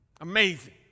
Amazing